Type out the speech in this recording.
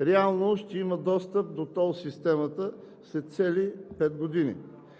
реално ще има достъп до тол системата след цели пет години?